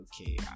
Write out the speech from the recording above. okay